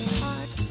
heart